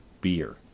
beer